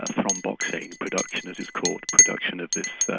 ah thromboxane production as it's called, production of this